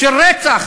של רצח,